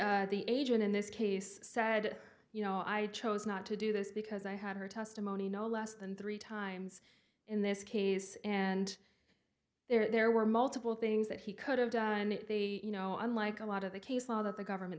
the agent in this case said you know i chose not to do this because i had heard testimony no less than three times in this case and there were multiple things that he could have done it they you know unlike a lot of the case law that the government